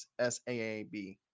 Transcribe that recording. SAAB